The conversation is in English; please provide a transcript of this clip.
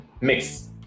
mix